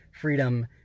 freedom